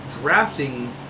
drafting